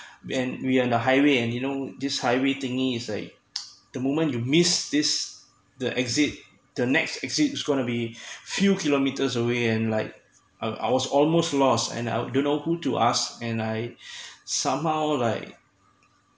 and we are in the highway and you know this highway thingy it's like the moment you miss this the exit the next exit is gonna be few kilometres away and like I wa~ I was almost lost and I don't know who to ask and I somehow like